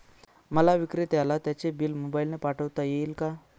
मला विक्रेत्याला त्याचे बिल मोबाईलने पाठवता येईल का?